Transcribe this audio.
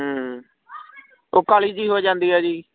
ਉਹ ਕਾਲੀ ਜਿਹੀ ਹੋ ਜਾਂਦੀ ਆ ਜੀ